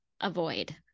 avoid